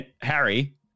Harry